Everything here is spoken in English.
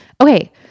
Okay